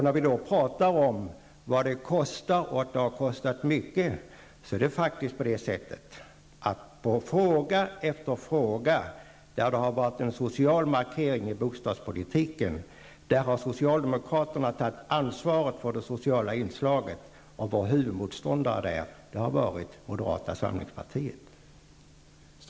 När vi nu talar om vad det kostar och att det har kostat mycket pengar är det faktiskt så, att på fråga efter fråga där det har varit en social markering i bostadspolitiken har socialdemokraterna tagit ansvar för det sociala inslaget. Våra huvudmotståndare har varit moderata samlingspartiet.